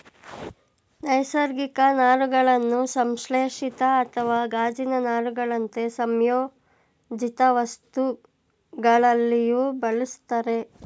ನೈಸರ್ಗಿಕ ನಾರುಗಳನ್ನು ಸಂಶ್ಲೇಷಿತ ಅಥವಾ ಗಾಜಿನ ನಾರುಗಳಂತೆ ಸಂಯೋಜಿತವಸ್ತುಗಳಲ್ಲಿಯೂ ಬಳುಸ್ತರೆ